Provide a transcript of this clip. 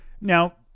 Now